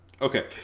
Okay